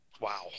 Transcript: Wow